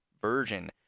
version